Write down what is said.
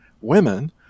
women